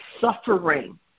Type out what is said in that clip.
suffering